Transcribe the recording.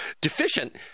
deficient